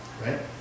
Right